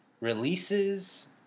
releases